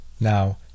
Now